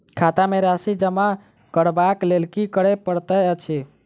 खाता मे राशि जमा करबाक लेल की करै पड़तै अछि?